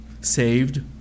saved